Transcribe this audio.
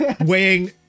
weighing